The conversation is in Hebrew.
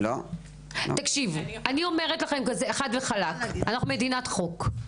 אני אומרת חד וחלק, אנחנו מדינת חוק,